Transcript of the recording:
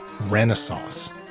Renaissance